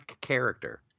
character